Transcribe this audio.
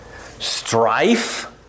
strife